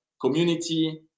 community